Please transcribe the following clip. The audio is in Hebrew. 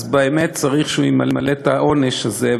באמת צריך שהוא ימלא את העונש הזה,